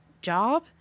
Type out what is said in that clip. job